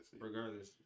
regardless